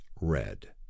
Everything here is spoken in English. red